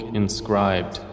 inscribed